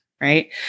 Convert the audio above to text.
Right